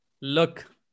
Look